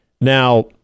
Now